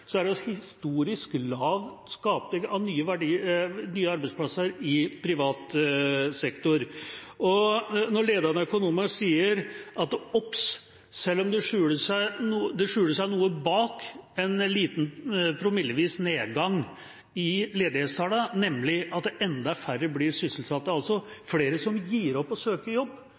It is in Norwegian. er det historisk lav skaping av nye arbeidsplasser i privat sektor. Ledende økonomer sier: Obs! Det skjuler seg noe bak en liten promillevis nedgang i ledighetstallene, nemlig at enda færre blir sysselsatt. Det er altså flere som gir opp å søke jobb,